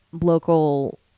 local